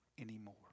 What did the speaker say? anymore